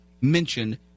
mentioned